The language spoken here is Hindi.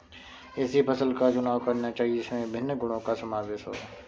ऐसी फसल का चुनाव करना चाहिए जिसमें विभिन्न गुणों का समावेश हो